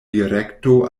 direkto